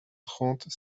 trente